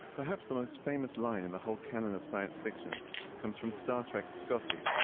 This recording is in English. perhaps the most famous line in the whole canon of science fiction comes from star trek's scotty.